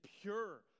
pure